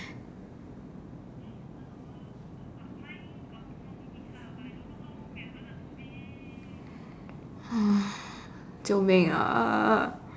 救民啊